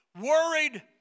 Worried